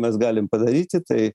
mes galim padaryti tai